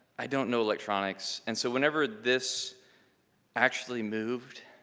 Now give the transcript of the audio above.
i don't know electronics and so whenever this actually moved,